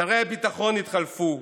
שרי הביטחון התחלפו,